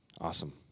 Awesome